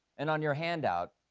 and on your handout,